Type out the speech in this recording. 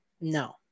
No